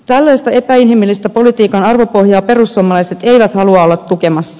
tällaista epäinhimillistä politiikan arvopohjaa perussuomalaiset eivät halua olla tukemassa